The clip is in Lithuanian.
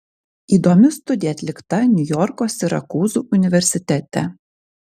įdomi studija atlikta niujorko sirakūzų universitete